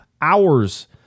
hours